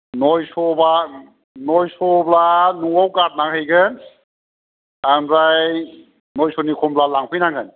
नयस' बा नयस'ब्ला न'आव गारनानै हैगोन आमफ्राइ नयस'नि खमब्ला लांफै नांगोन